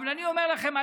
אבל אני אומר לכם,